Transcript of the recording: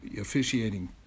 officiating